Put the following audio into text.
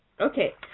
Okay